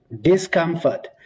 discomfort